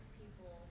people